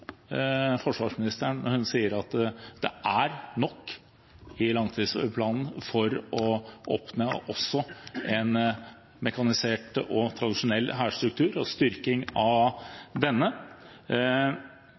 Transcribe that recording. forsvarsministeren når hun sier at det er nok i langtidsplanen for å oppnå også en mekanisert og tradisjonell hærstruktur og styrking av